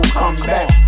comeback